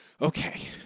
Okay